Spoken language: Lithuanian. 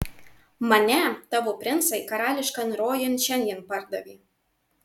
mane tavo princai karališkan rojun šiandien pardavė